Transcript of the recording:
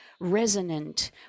resonant